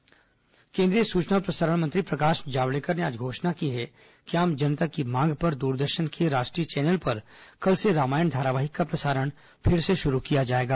जावडेकर रामायण केंद्रीय सूचना और प्रसारण मंत्री प्रकाश जावड़ेकर ने आज घोषणा की है कि आम जनता की मांग पर दूरदर्शन के राष्ट्रीय चैनल पर कल से रामायण धारावाहिक का प्रसारण फिर से शुरू होगा